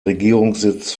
regierungssitz